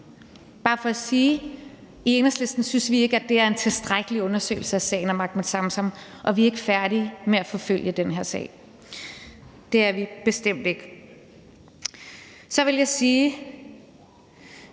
bare for at sige, at vi i Enhedslisten ikke synes, at det er en tilstrækkelig undersøgelse af sagen om Ahmed Samsam. Og vi er ikke færdige med at forfølge den her sag. Det er vi bestemt ikke. Igen vil jeg bare